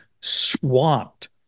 swamped